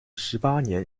十八年